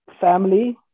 family